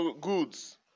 goods